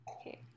Okay